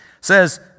says